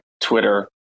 twitter